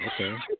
okay